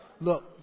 look